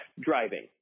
driving